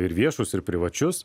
ir viešus ir privačius